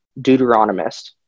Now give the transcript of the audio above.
Deuteronomist